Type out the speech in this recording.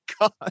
god